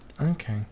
okay